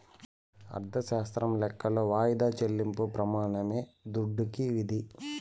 అర్ధశాస్త్రం లెక్కలో వాయిదా చెల్లింపు ప్రెమానమే దుడ్డుకి విధి